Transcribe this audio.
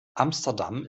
amsterdam